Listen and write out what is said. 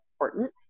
important